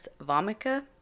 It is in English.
vomica